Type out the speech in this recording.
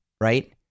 Right